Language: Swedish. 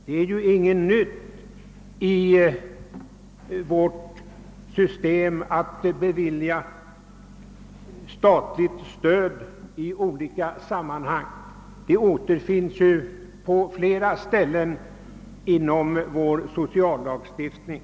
Detta är alltså ingenting nytt det här är fråga om. Samma regler finns på flera andra avsnitt av vår sociallagstiftning.